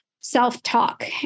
self-talk